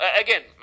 again